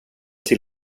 till